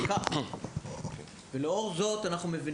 ולמה?